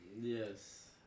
Yes